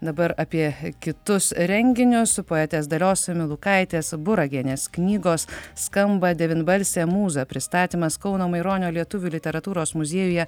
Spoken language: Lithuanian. dabar apie kitus renginius su poetės dalios milukaitės buragienės knygos skamba devynbalsė mūza pristatymas kauno maironio lietuvių literatūros muziejuje